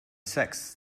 sex